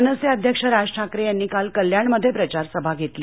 मनसे अध्यक्ष राज ठाकरे यांनी काल कल्याणमध्ये प्रचार सभा घेतली